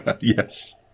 Yes